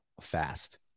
fast